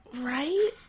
Right